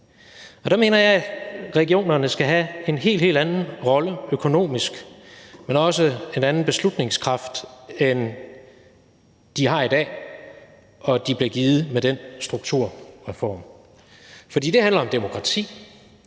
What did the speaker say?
Der mener jeg, at regionerne skal have en helt anden rolle rent økonomisk, men også en anden beslutningskraft, end de har i dag, og som de blev givet med den strukturreform. For det handler om demokrati;